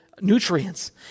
nutrients